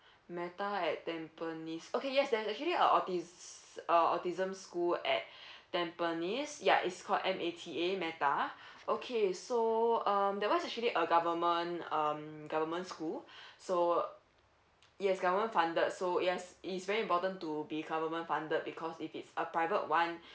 mata at tampines okay yes uh actually auti~ err autism school at tampines ya is called M A T A mata okay so um that one actually a government um government school so yes government funded so yes it is very important to be government funded because if it's a private one